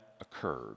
occurred